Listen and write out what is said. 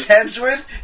Hemsworth